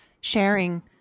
sharing